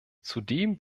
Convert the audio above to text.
zudem